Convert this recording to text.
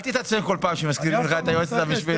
אל תתעצבן כל פעם שמזכירים לך את היועצת המשפטית.